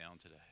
today